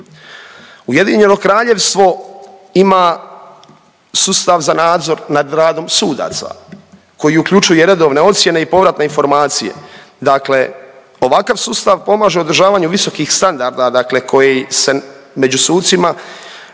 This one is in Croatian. Ujedinjeno Kraljevstvo ima sustav za nadzor nad radom sudaca koji uključuje redovne ocjene i povratne informacije, dakle ovakav sustav pomaže u održavanju visokih standarda dakle koji se među sucima